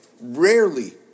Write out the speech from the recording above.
rarely